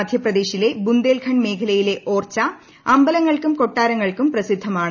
മധ്യപ്രദേശിലെ ബുന്ദേൽഖണ്ഡ് മേഖലയിലെ ഓർച്ച അമ്പലങ്ങൾക്കും കൊട്ടാരങ്ങൾക്കും പ്രസിദ്ധമാണ്